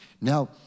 Now